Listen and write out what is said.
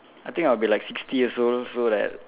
I think I'll be like sixty years old so like